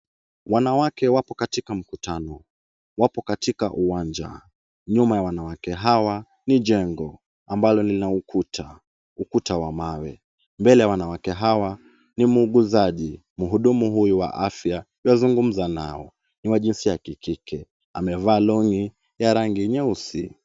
Wanawake wapo katika mkutano. Wapo katika uwanja. Nyuma ya wanawake hawa, ni jengo ambalo lina ukuta, ukuta wa mawe. Mbele ya wanawake hawa, ni muuguzaji. Mhudumu huyu wa afya wazungumza nao. Ni wa jinsia ya kikike. Amevaa longi ya rangi nyeusi.